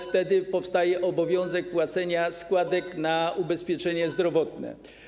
Wtedy powstaje obowiązek płacenia składek na ubezpieczenie zdrowotne.